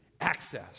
access